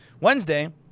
Wednesday